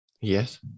Yes